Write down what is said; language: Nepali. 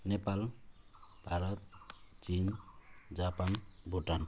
नेपाल भारत चीन जापान भुटान